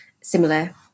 similar